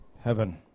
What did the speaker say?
Heaven